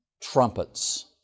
trumpets